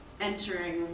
entering